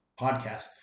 podcast